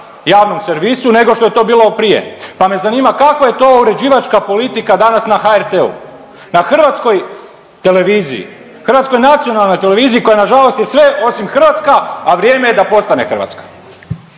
javnom servisu nego što je to bilo prije, pa me zanima kakva je to uređivačka politika danas na HRT-u, na hrvatskoj televiziji, hrvatskoj nacionalnoj televiziji koja na žalost je sve osim hrvatska, a vrijeme je da postane hrvatska.